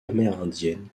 amérindienne